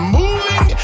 moving